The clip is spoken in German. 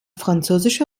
französische